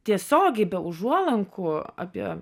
tiesiogiai be užuolankų apie